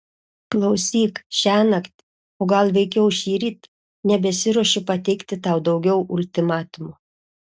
klausyk šiąnakt o gal veikiau šįryt nebesiruošiu pateikti tau daugiau ultimatumų